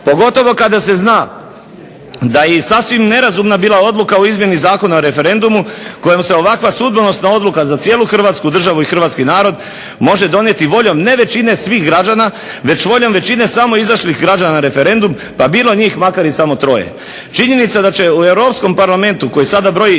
pogotovo kada se zna da je i sasvim nerazumna bila odluka o izmjeni Zakona o referendumu kojim se ovakva sudbonosna odluka za cijelu Hrvatsku državu i hrvatski narod može donijeti voljom ne većine svih građana već voljom većine samo izašlih građana na referendum, pa bilo njih makar i samo troje. Činjenica da će u Europskom parlamentu koji sada broji